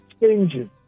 changes